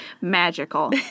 Magical